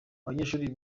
abanyeshuri